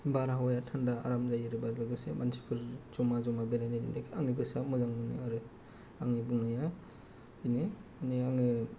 बारहावाया थान्दा आराम जायो आरो बाहिरायाव एसे मानसिफोर ज'मा ज'मा बेरायलायनायखौ नुनानै आंनि गोसोआ मोजां मोनो आरो आंनि बुंनाया बेनो मानि आङो